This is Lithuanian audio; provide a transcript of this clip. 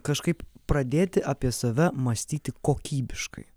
kažkaip pradėti apie save mąstyti kokybiškai